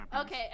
Okay